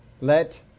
Let